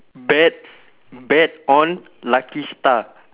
bet bet on lucky star